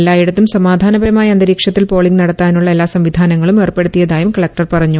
എല്ലായിടത്തും സമാധാനപരമായ അന്തരീക്ഷത്തിൽ പോളിംഗ് നടത്താനുള്ള എല്ലാ സംവിധാനങ്ങളും ഏർപ്പെടുത്തിയതായൂം കൂളക്ടർ പറഞ്ഞു